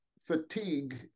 fatigue